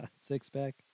six-pack